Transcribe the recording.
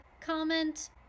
comment